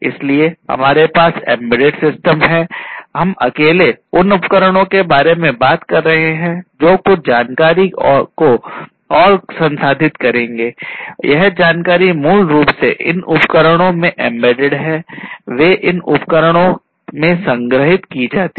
इसलिए हमारे पास एम्बेडेड सिस्टम हैं हम अकेले उन उपकरणों के बारे में बात कर रहे हैं जो कुछ जानकारी और को संसाधित करेंगे यह जानकारी मूल रूप से इन उपकरणों में एंबेडेड है वे इन उपकरणों में संग्रहीत की जाती है